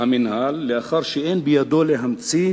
המינהל לאחר שאין בידו להמציא